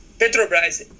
Petrobras